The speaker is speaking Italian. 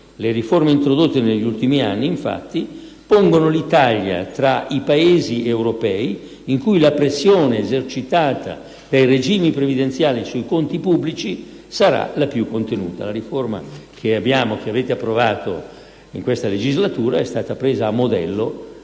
Le riforme introdotte negli ultimi anni, infatti, pongono l'Italia tra i Paesi europei in cui la pressione esercitata dai regimi previdenziali sui conti pubblici sarà la più contenuta. La riforma che abbiamo, che avete approvato in questa legislatura è stata presa a modello